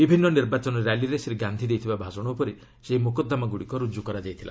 ବିଭିନ୍ନ ନିର୍ବାଚନ ର୍ୟାଲିରେ ଶ୍ରୀ ଗାନ୍ଧି ଦେଇଥିବା ଭାଷଣ ଉପରେ ସେହି ମୋକଦ୍ଦମାଗୁଡ଼ିକ ରୁଜୁ ହୋଇଥିଲା